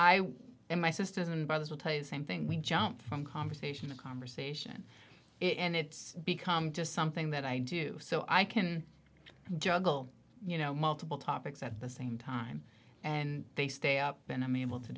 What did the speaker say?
i and my sisters and brothers will tell you the same thing we jump from conversation to conversation and it's become just something that i do so i can juggle you know multiple topics at the same time and they stay up and i